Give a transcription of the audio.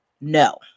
No